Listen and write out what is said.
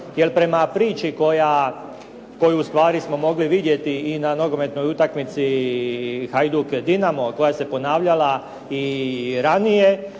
prema priči koju ustvari smo mogli vidjeti i na nogometnoj utakmici Hajduk-Dinamo koja se ponavljala i ranije